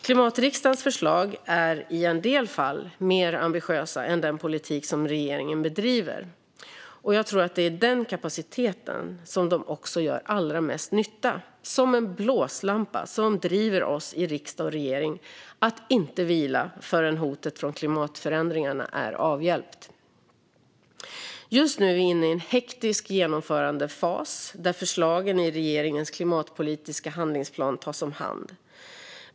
Klimatriksdagens förslag är i en del fall mer ambitiösa än den politik som regeringen bedriver, och jag tror att det är i den kapaciteten som de också gör allra mest nytta - som en blåslampa som driver oss i riksdag och regering att inte vila förrän hotet från klimatförändringarna är avhjälpt. Just nu är vi inne i en hektisk genomförandefas där förslagen i regeringens klimatpolitiska handlingsplan tas om hand.